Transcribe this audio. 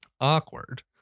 Awkward